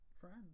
friend